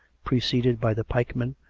preceded by the pikemen,